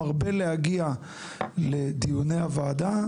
מרבה להגיע לדיוני הוועדה,